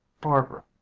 Barbara